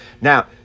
Now